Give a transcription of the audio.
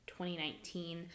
2019